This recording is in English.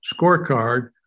scorecard